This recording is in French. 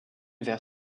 vers